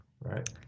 right